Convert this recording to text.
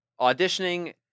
auditioning